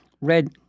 red